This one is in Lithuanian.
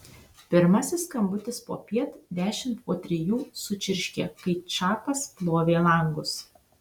pirmasis skambutis popiet dešimt po trijų sučirškė kai čapas plovė langus